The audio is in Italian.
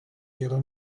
era